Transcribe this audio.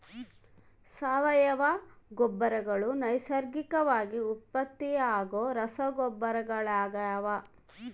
ಸಾವಯವ ಗೊಬ್ಬರಗಳು ನೈಸರ್ಗಿಕವಾಗಿ ಉತ್ಪತ್ತಿಯಾಗೋ ರಸಗೊಬ್ಬರಗಳಾಗ್ಯವ